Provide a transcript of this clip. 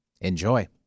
Enjoy